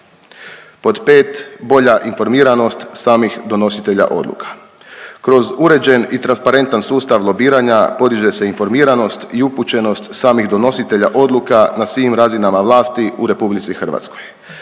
Pod 5, bolja informiranost samih donositelja odluka. Kroz uređen i transparentan sustav lobiranja, podiže se informiranost i upućenost samih donositelja odluka na svim razinama vlasti u RH. Kao